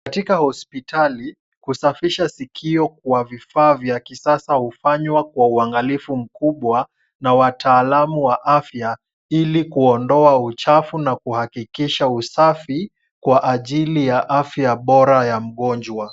Katika hospitali, kusafisha sikio kwa vifaa vy kisasa hufanywa kwa uangalifu mkubwa na wataalamu wa afya, ili kuondoa uchafu, na kuhakikisha usafi kwa ajili ya afya bora ya mgonjwa.